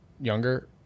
younger